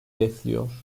besliyor